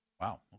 wow